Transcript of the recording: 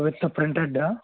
with printed